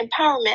empowerment